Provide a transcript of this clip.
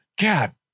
God